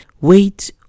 Wait